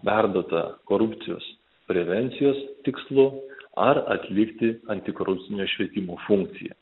perduota korupcijos prevencijos tikslu ar atlikti antikorupcinio švietimo funkcija